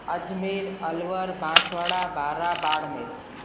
Ajmer Alwar Banswara Baran Barmer